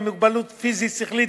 עם מוגבלות פיזית ושכלית,